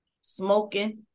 smoking